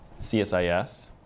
CSIS